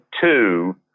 two